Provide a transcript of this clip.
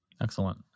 Excellent